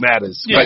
matters